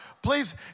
Please